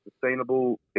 sustainable